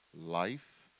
life